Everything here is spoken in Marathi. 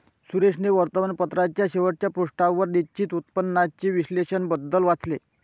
सुरेशने वर्तमानपत्राच्या शेवटच्या पृष्ठावर निश्चित उत्पन्नाचे विश्लेषण बद्दल वाचले